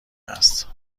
است